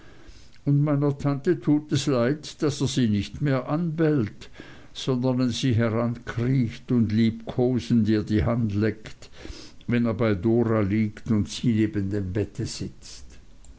und meiner tante tut es leid daß er sie nicht mehr anbellt sondern an sie herankriecht und liebkosend ihr die hand leckt wenn er bei dora liegt und sie neben dem bette sitzt